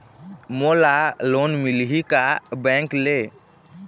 मोला लोन मिलही का बैंक ले?